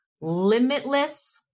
limitless